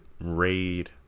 raid